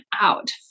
out